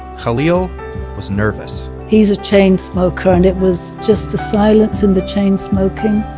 khalil was nervous he's a chain smoker. and it was just the silence and the chain-smoking.